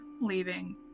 Leaving